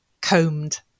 combed